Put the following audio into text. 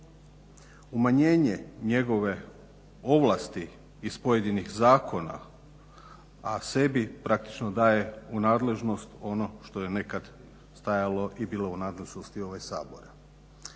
Umanjenje njegove ovlasti iz pojedinih zakona, a sebi praktično daje u nadležnost ono što je nekad stajalo i bilo u nazočnosti ovog Sabora.